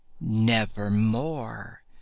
Nevermore